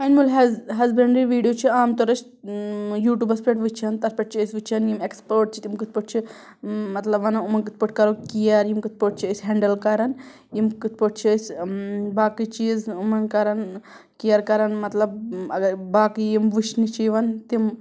animal ہیٚز husbandry video چھِ عام طور أسۍ یوٗٹوٗبَس پٮ۪ٹھ وٕچھان تَتھ پٮ۪ٹھ چھِ أسۍ وٕچھان یِم ایکٕسپٲٹ چھِ تِم کٕتھ پٲٹھۍ چھِ مطلب وَنان یِمَن کٕتھ پٲٹھۍ کَرو کِیَر یِم کٕتھ پٲٹھۍ چھِ أسۍ ہٮ۪نڈٕل کَران یِم کٕتھ پٲٹھۍ چھِ أسۍ باقٕے چیٖز یِمَن کَران کِیَر کَران مطلب اگر باقٕے یِم وٕچھنہٕ چھِ یِوان تِم